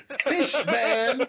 Fishman